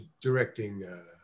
directing